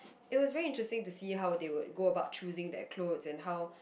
it was very interesting to see how they would go about choosing that cloth and how